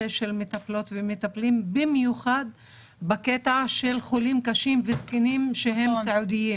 במטפלות ומטפלים במיוחד בקטע של חוקים קשים וסיעודיים.